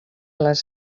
les